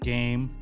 Game